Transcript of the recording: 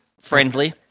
friendly